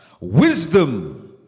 Wisdom